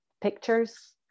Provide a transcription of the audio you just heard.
pictures